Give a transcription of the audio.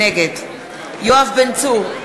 נגד יואב בן צור,